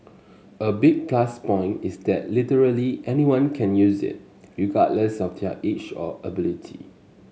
a big plus point is that literally anyone can use it regardless of their age or ability